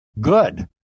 good